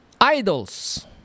idols